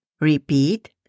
Repeat